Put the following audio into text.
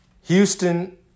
Houston